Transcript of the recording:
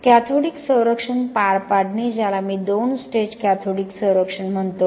cathodic संरक्षण पार पाडणे ज्याला मी दोन स्टेज कॅथोडिक संरक्षण म्हणतो